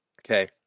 Okay